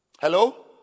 Hello